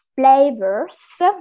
flavors